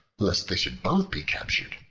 lest they should both be captured,